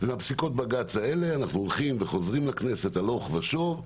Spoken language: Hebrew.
ועם הפסיקות בג"ץ האלה אנחנו הולכים וחוזרים לכנסת הלוך ושוב.